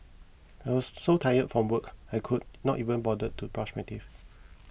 I was so tired from work I could not even bother to brush my teeth